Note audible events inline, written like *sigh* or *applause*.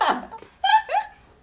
*laughs*